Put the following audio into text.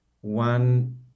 one